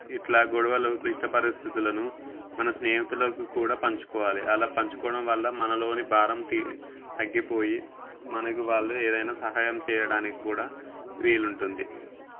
ఇట్లా గొడవలు క్లిష్ట పరిస్థితులను మన స్నేహితులకు కూడా పంచుకోవాలి అలా పంచుకోవడం వల్ల మనలోని భారం తీ తగ్గిపోయి మనకు వాళ్ళు ఏదైన్నా సహాయం చేయడానికి కూడా వీలు ఉంటుంది